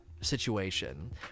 situation